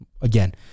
Again